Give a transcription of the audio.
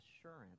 assurance